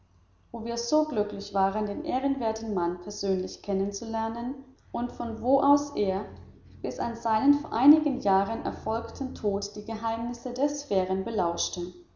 wo wir so glücklich waren den ehrenwerten mann persönlich kennenzulernen und von wo aus er bis an seinen vor einigen jahren erfolgten tod die geheimnisse der sphären belauschte